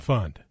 Fund